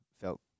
felt